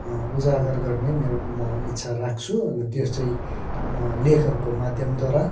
उजागर गर्ने मेरो म इच्छा राख्छु अनि त्यो चाहिँ म लेखहरूको माध्यमद्वारा